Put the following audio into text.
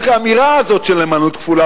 רק האמירה הזאת של נאמנות כפולה,